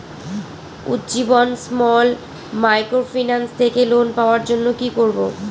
Ujjivan small microfinance থেকে loan পাওয়ার জন্য কি করব?